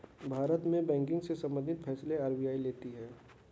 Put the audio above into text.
भारत में बैंकिंग से सम्बंधित फैसले आर.बी.आई लेती है